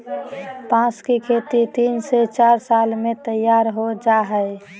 बांस की खेती तीन से चार साल में तैयार हो जाय हइ